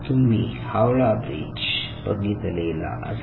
तुम्ही हावडा ब्रिज बघितलेला असेल